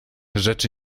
rzeczy